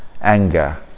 anger